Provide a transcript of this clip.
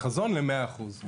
כחזון למאה אחוז.